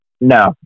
No